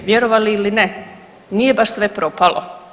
Vjerovali ili ne nije baš sve propalo.